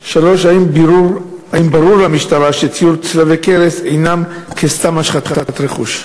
3. האם ברור למשטרה שציור צלבי קרס אינו סתם השחתת רכוש?